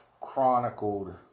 chronicled